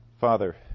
Father